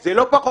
זה לא פחות,